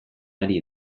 ari